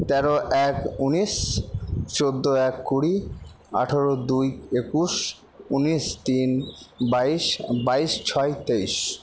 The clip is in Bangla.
তেরো এক উনিশ চোদ্দ এক কুড়ি আঠেরো দুই একুশ উনিশ তিন বাইশ বাইশ ছয় তেইশ